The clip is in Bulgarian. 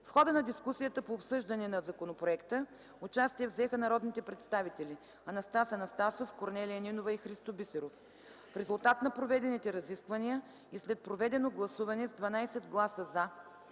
В хода на дискусията по обсъждане на законопроекта участие взеха народните представители Анастас Анастасов, Корнелия Нинова и Христо Бисеров. В резултат на проведените разисквания и след проведено гласуване с 12 гласа „за”,